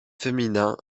féminin